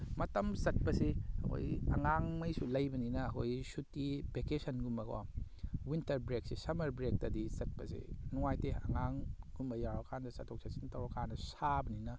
ꯃꯇꯝ ꯆꯠꯄꯁꯤ ꯑꯩꯈꯣꯏ ꯑꯉꯥꯡꯉꯩꯁꯨ ꯂꯩꯕꯅꯤꯅ ꯑꯩꯈꯣꯏ ꯁꯨꯇꯤ ꯚꯦꯀꯦꯁꯟꯒꯨꯝꯕꯀꯣ ꯋꯤꯟꯇꯔ ꯕ꯭ꯔꯦꯛꯁꯦ ꯁꯃꯔ ꯕ꯭ꯔꯦꯛꯇꯗꯤ ꯆꯠꯄꯁꯦ ꯅꯨꯡꯉꯥꯏꯇꯦ ꯑꯉꯥꯡꯒꯨꯝꯕ ꯌꯥꯎꯔꯀꯥꯟꯗ ꯆꯠꯊꯣꯛ ꯆꯠꯁꯤꯟ ꯇꯧꯔꯛꯀꯥꯟꯗ ꯁꯥꯕꯅꯤꯅ